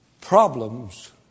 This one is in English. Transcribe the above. problems